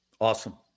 Awesome